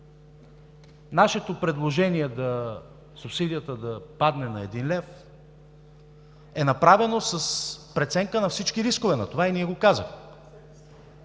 Нашето предложение субсидията да падне на 1 лев е направено с преценка на всички рискове на това и ние го казахме.